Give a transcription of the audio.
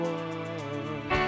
one